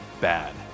bad